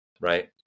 right